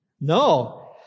No